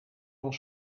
van